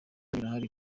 birahari